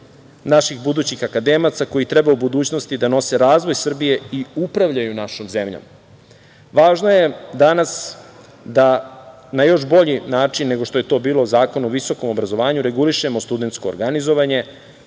naših budućih akademaca, koji treba u budućnosti da nose razvoj Srbije i upravljaju našoj zemljom. Važno je danas da na još bolji način nego što je to bilo Zakonom o visokom obrazovanju, regulišemo studentsko organizovanje,